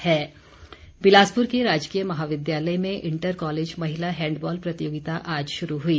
handball Bilaspur के राजकीय महाविद्यालय में इंटर कॉलेज महिला हैंडबॉल प्रतियोगिता आज शुरू हुई